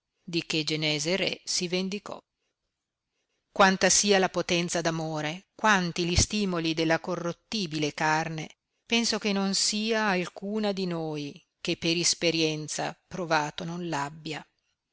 di che genese re si vendicò quanta sia la potenza d'amore quanti li stimoli della corrottibile carne penso che non sia alcuna di noi che per isperienza provato non l'abbia